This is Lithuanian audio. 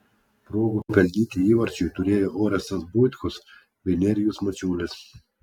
progų pelnyti įvarčiui turėjo orestas buitkus bei nerijus mačiulis